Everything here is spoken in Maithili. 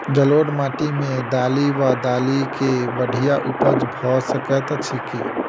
जलोढ़ माटि मे दालि वा दालि केँ बढ़िया उपज भऽ सकैत अछि की?